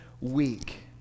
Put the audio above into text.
week